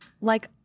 Like-